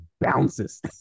bounces